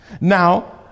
Now